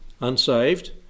unsaved